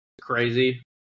crazy